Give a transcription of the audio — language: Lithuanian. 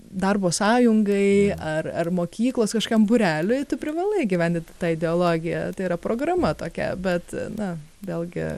darbo sąjungai ar ar mokyklos kažkiam būreliui tu privalai įgyvendinti tą ideologiją tai yra programa tokia bet na vėlgi